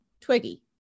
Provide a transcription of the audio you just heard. Twiggy